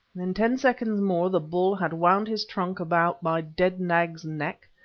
in ten seconds more the bull had wound his trunk about my dead nag's neck,